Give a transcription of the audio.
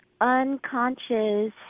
unconscious